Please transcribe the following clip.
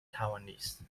taiwanese